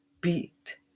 beat